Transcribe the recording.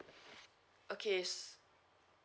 okay